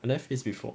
I never face before